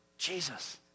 Jesus